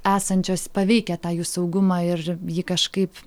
esančios paveikia tą jų saugumą ir jį kažkaip